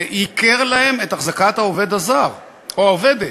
ייקר להם את החזקת העובד הזר או העובדת.